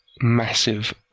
massive